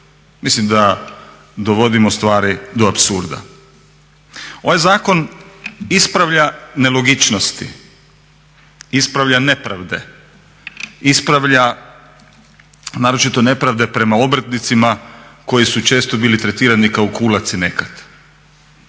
Mislim da dovodimo stvari do apsurda. Ovaj zakon ispravlja nelogičnosti, ispravlja nepravde, ispravlja naročito nepravde prema obrtnicima koji su često bili tretirani kao …/Govornik